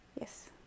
Yes